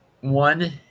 One